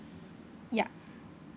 ya